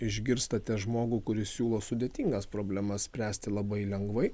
išgirstate žmogų kuris siūlo sudėtingas problemas spręsti labai lengvai